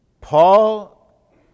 Paul